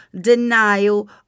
denial